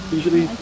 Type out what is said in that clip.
Usually